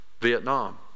Vietnam